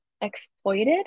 exploited